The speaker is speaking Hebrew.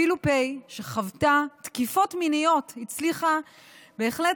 ואפילו פ' שחוותה תקיפות מיניות הצליחה בהחלט